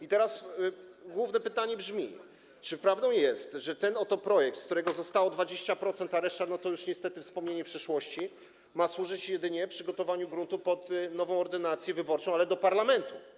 I teraz główne pytanie brzmi: Czy prawdą jest, że ten oto projekt, z którego zostało 20%, a reszta to już jest niestety wspomnienie przeszłości, ma służyć jedynie przygotowaniu gruntu pod nową ordynację wyborczą, ale do parlamentu?